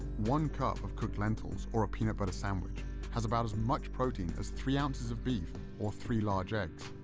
one cup of cooked lentils or a peanut butter sandwich has about as much protein as three ounces of beef or three large eggs.